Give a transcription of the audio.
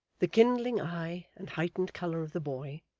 the kindling eye and heightened colour of the boy,